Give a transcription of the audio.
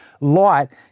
light